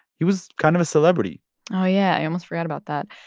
he was kind of a celebrity oh, yeah. i almost forgot about that.